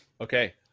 Okay